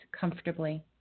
comfortably